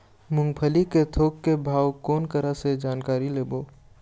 मूंगफली के थोक के भाव कोन करा से जानकारी लेबो?